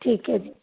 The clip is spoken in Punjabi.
ਠੀਕ ਹੈ ਜੀ